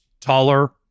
taller